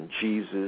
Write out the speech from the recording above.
Jesus